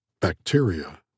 Bacteria